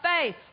faith